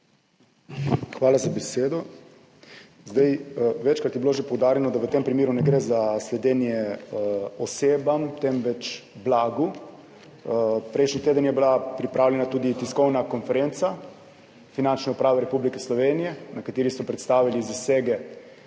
Hvala za besedo. Večkrat je bilo že poudarjeno, da v tem primeru ne gre za sledenje osebam, temveč blagu. Prejšnji teden je bila pripravljena tudi tiskovna konferenca Finančne uprave Republike Slovenije, na kateri so predstavili zasege